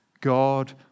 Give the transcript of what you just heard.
God